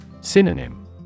Synonym